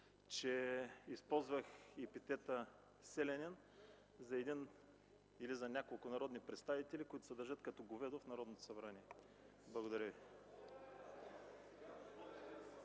че използвах епитета „селянин” за един или за няколко народни представители, които се държат като говедо в Народното събрание. Благодаря.